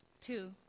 Two